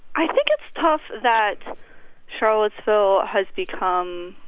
i think it's tough that charlottesville has become,